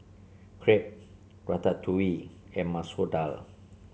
Crepe Ratatouille and Masoor Dal